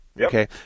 Okay